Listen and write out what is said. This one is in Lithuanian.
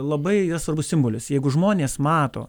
labai yra svarbus simbolis jeigu žmonės mato